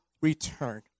return